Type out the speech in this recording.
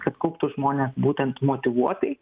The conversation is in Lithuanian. kad kauptų žmonės būtent motyvuotai